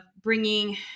bringing